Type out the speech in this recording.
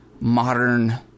modern